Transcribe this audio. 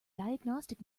diagnostic